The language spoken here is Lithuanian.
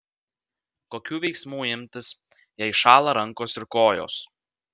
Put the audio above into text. kokių veiksmų imtis jei šąla rankos ir kojos